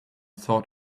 sort